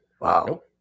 Wow